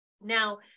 Now